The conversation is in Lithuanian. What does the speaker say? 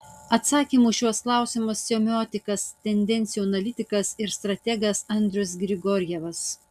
atsakymų į šiuos klausimus semiotikas tendencijų analitikas ir strategas andrius grigorjevas